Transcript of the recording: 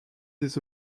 des